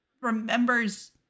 remembers